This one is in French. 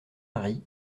marie